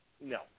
no